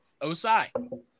Osai